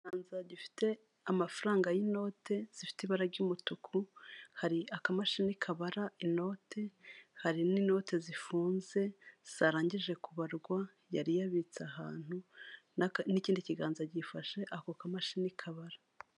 Ni akazu ka emutiyene k'umuhondo, kariho ibyapa byinshi mu bijyanye na serivisi zose za emutiyene, mo imbere harimo umukobwa, ubona ko ari kuganira n'umugabo uje kumwaka serivisi.